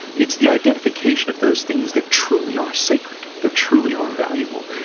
it's the identification of those things that truly are sacred, that truly are valuable,